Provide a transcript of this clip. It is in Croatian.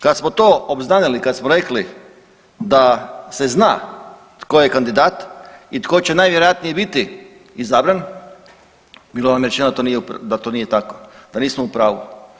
Kad smo to obznanili, kad smo rekli da se zna tko je kandidat i tko će najvjerojatnije biti izabran, bilo nam je rečeno da to nije tako, da nismo u pravu.